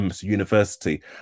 University